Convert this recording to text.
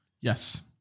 Yes